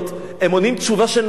הם עונים תשובה שנוחה להם.